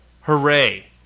hooray